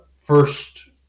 first